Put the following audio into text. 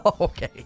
Okay